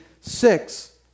six